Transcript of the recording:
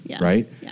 Right